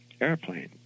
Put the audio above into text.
airplane